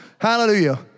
Hallelujah